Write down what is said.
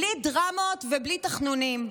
בלי דרמות ובלי תחנונים.